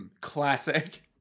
classic